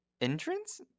entrance